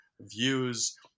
views